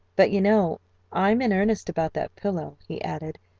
but you know i'm in earnest about that pillow, he added,